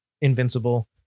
invincible